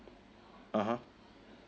(uh huh)